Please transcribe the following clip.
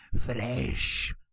flesh